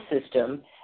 system